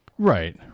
Right